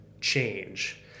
change